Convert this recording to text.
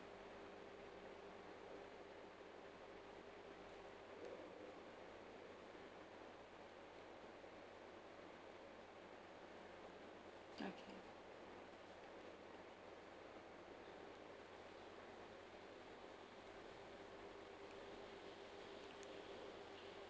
okay